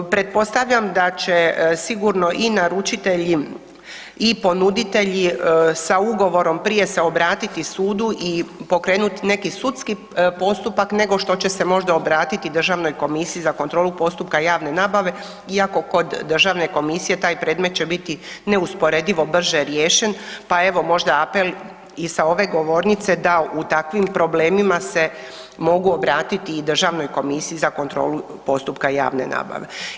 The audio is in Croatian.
Pretpostavljam da se sigurno i naručitelji i ponuditelji sa ugovorom prije se obratiti sudu i pokrenut neki sudski postupak nego što će se možda obratiti Državnoj komisiji za kontrolu postupka javne nabave iako kod Državne komisije taj predmet će biti neusporedivo brže riješen, pa evo možda apel i sa ove govornice da u takvim problemima se mogu obratiti i Državnoj komisiji za kontrolu postupka javne nabave.